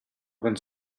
open